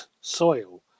soil